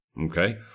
Okay